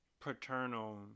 paternal